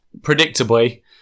predictably